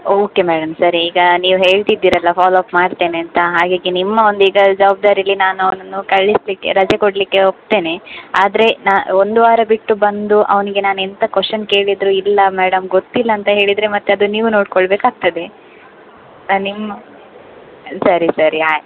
okay madam ಸರಿ ಈಗ ನೀವು ಹೇಳ್ತಿದ್ದೀರಲ್ಲ ಫಾಲೋಅಪ್ ಮಾಡ್ತೇನೆ ಅಂತ ಹಾಗಾಗಿ ನಿಮ್ಮ ಒಂದು ಇದರ ಜವಾಬ್ದಾರೀಲಿ ನಾನು ಅವನನ್ನು ಕಳಿಸಲಿಕ್ಕೆ ರಜೆ ಕೊಡಲಿಕ್ಕೆ ಒಪ್ತೇನೆ ಆದರೆ ನಾನು ಒಂದು ವಾರ ಬಿಟ್ಟು ಬಂದು ಅವನಿಗೆ ನಾನು ಎಂತ ಕೊಶ್ಶನ್ ಕೇಳಿದರು ಇಲ್ಲ ಮೇಡಮ್ ಗೊತ್ತಿಲ್ಲ ಅಂತ ಹೇಳಿದರೆ ಮತ್ತು ಅದು ನೀವು ನೋಡಿಕೊಳ್ಬೇಕಾಗ್ತದೆ ನಿಮ್ಮ ಸರಿ ಸರಿ ಆಯ್ತು